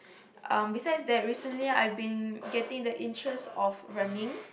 um besides that recently I've been getting the interest of running